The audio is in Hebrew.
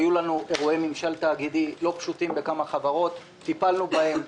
היו לנו אירועי ממשל תאגידי לא פשוטים בכמה חברות וטיפלנו בהם.